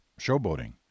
showboating